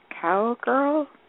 cowgirl